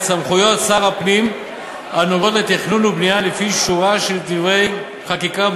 את סמכויות שר הפנים הנוגעות לתכנון ובנייה לפי שורה של דברי חקיקה,